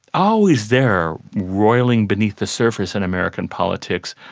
always there roiling between the surface in american politics,